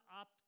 up